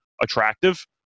attractive